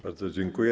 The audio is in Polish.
Bardzo dziękuję.